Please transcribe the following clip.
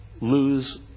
lose